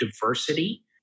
diversity